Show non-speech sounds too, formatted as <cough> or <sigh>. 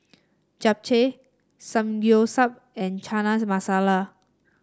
Japchae Samgyeopsal and <unintelligible> Masala